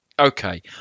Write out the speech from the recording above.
okay